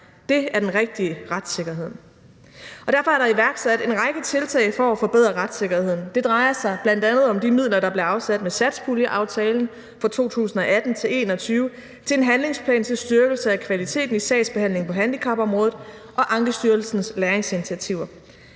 Dét er den rigtige retssikkerhed, og derfor er der iværksat en række tiltag for at forbedre retssikkerheden. Det drejer sig bl.a. om de midler, der blev afsat med satspuljeaftalen for 2018-2021 til en handlingsplan til styrkelse af kvaliteten af sagsbehandlingen på handicapområdet og Ankestyrelsens læringsinitiativer.